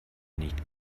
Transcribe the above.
nicht